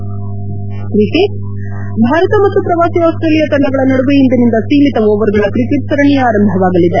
head Bharat ಮತ್ತು ಪ್ರವಾಸಿ Australia ತಂಡಗಳ ನಡುವೆ ಇಂದಿನಿಂದ ಸೀಮಿತ ಓವರುಗಳ ಕ್ರಿಕೆಟ್ ಸರಣಿ ಆರಂಭವಾಗಲಿದೆ